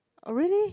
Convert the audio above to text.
oh really